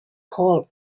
called